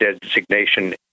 designation